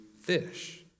fish